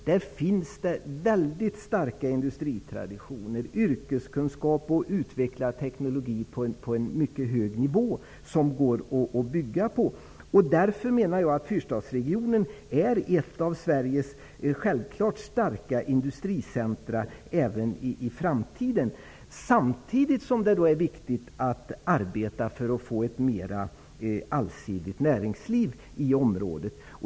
Inom denna region finns mycket starka industritraditioner, yrkeskunskap och utvecklad teknologi på en mycket hög nivå, som det går att bygga vidare på. Fyrstadsregionen kommer självfallet att vara ett av Sveriges starka industricentra även i framtiden. Samtidigt är det viktigt att arbeta för att få ett mera allsidigt näringsliv i området.